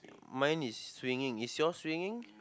mine is stringing is yours stringing